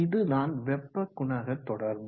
இதுதான் வெப்ப குணக தொடர்பு